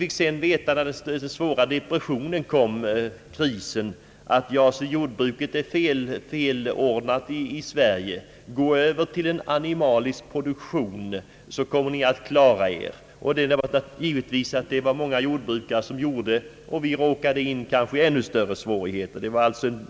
När sedan den svåra depressionen kom, fick vi veta att jordbruket var felordnat i Sverige. Gå över till animalieproduktion, så kommer ni att klara er, hette det då. Många jordbrukare gjorde det, och vi råkade in i kanske ännu större svårigheter. Det var alltså en